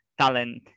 talent